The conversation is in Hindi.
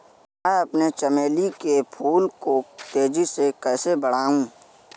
मैं अपने चमेली के फूल को तेजी से कैसे बढाऊं?